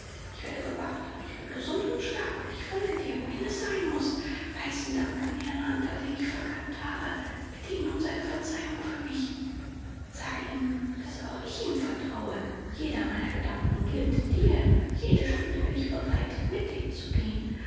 ich werde bewacht aber ich bin gesund und stark und ich folge dir wohin es sein muß heißen dank an herrn hunter den ich verkannt habe bitte ihn um seine verzeihung für mich sage ihm daß auch ich ihm vertraue jeder meiner gedanken gilt dir jede stunde bin ich bereit mit dir zu gehen